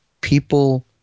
people –